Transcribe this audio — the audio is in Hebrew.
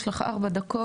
יש לך ארבע דקות,